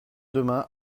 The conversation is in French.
demain